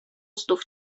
znów